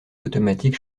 automatique